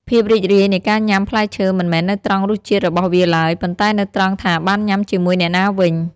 ភាពរីករាយនៃការញ៉ាំផ្លែឈើមិនមែននៅត្រង់រសជាតិរបស់វាឡើយ ប៉ុន្តែនៅត្រង់ថាបានញ៉ាំជាមួយអ្នកណាវិញ។